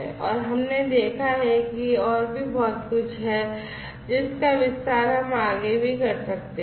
और हमने देखा है कि और भी बहुत कुछ है जिसका विस्तार हम आगे भी कर सकते हैं